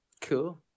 Cool